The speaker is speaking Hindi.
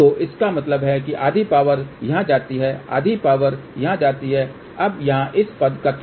तो इसका मतलब है कि आधी पावर यहां जाती है आधी पावर यहां जाती है अब यहाँ इस पद का क्या